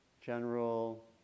general